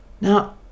now